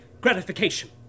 gratification